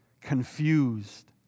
confused